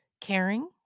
caring